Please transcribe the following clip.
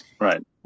Right